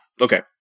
Okay